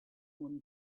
one